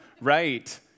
Right